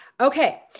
Okay